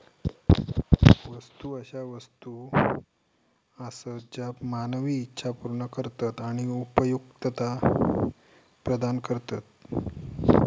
वस्तू अशा वस्तू आसत ज्या मानवी इच्छा पूर्ण करतत आणि उपयुक्तता प्रदान करतत